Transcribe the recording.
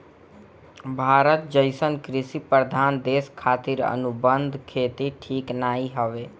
भारत जइसन कृषि प्रधान देश खातिर अनुबंध खेती ठीक नाइ हवे